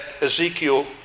Ezekiel